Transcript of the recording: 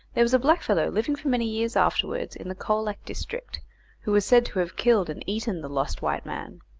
there was a blackfellow living for many years afterwards in the colac district who was said to have killed and eaten the lost white man